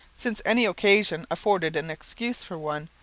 since any occasion afforded an excuse for one,